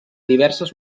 diverses